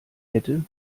hätte